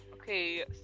Okay